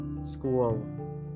school